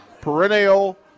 perennial